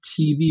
TV